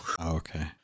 Okay